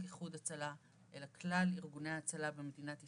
איחוד הצלה אלא כלל ארגוני ההצלה במדינת ישראל.